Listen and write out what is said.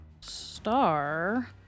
Star